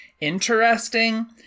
interesting